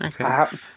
Okay